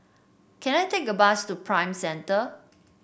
can I take a bus to Prime Centre